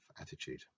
attitude